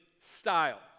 style